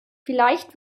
vielleicht